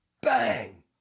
bang